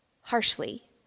harshly